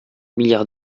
milliards